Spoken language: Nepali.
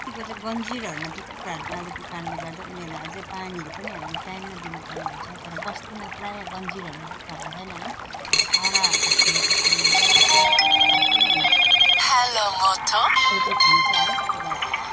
कतिको चाहिँ जन्जिरहरूमा त्यो कुखुराहरू पालेको कारणले गर्दा उनीहरूलाई चाहिँ पानीहरू पनि हामीले टाइममा दिनु पर्ने हुन्छ तर बस्तीमा प्रायः जन्जिरहरूमा कुखुरा हुँदैन है छाडा छोडेको कारणले गर्दा खालि मिठी हुन्छ है